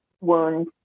wound